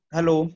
Hello